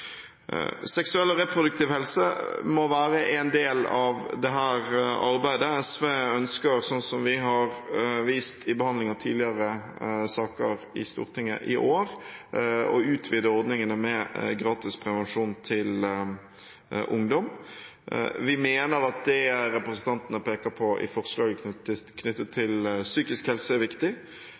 Seksuell og reproduktiv helse må være en del av dette arbeidet. SV ønsker, slik som vi har vist i behandlingen av tidligere saker i Stortinget i år, å utvide ordningene med gratis prevensjon til ungdom. Vi mener at det representantene peker på i forslaget knyttet til psykisk helse, er viktig,